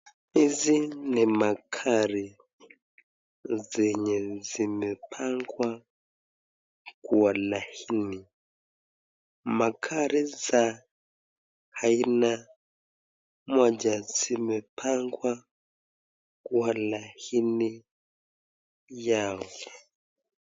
Hizi ni magari zenye zimepangwa kwa laini. Magari za aina moja zimepangwa kwa laini yao.